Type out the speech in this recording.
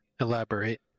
Elaborate